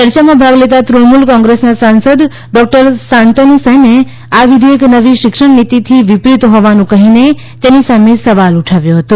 ચર્ચામાં ભાગ લેતાં તૃણમૂલ કોંગ્રેસના સાંસદ ડોક્ટર શાંતનુસેને આ વિધેયક નવી શિક્ષણ નીતીથી વિપરીત હોવાનું કહીને તેની સામે સવાલ ઉઠાવ્યો હતો